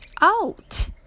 out